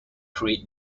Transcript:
create